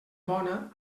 bona